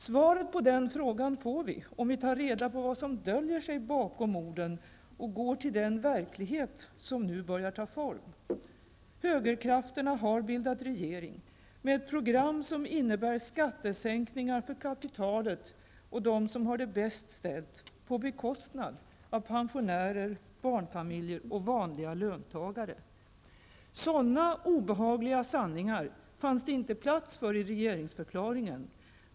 Svaret på den frågan får vi om vi tar reda på vad som döljer sig bakom orden och går till den verklighet som nu börjar ta form. Högerkrafterna har bildat regering med ett program som innebär skattesänkningar för kapitalet och för dem som har det bäst ställt, på bekostnad av pensionärer, barnfamiljer och vanliga löntagare. Sådana obehagliga sanningar fanns det inte plats för i regeringsförklaringen.